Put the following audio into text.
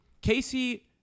Casey